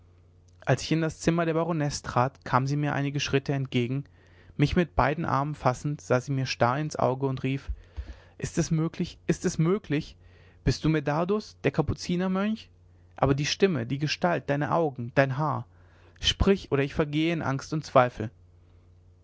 als ich in das zimmer der baronesse trat kam sie mir einige schritte entgegen mich bei beiden armen fassend sah sie mir starr ins auge und rief ist es möglich ist es möglich bist du medardus der kapuzinermönch aber die stimme die gestalt deine augen dein haar sprich oder ich vergehe in angst und zweifel